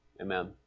Amen